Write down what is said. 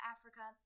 Africa